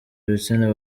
ibitsina